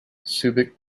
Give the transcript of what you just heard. subic